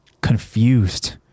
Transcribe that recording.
confused